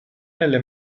nelle